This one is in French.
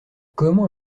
comment